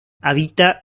habita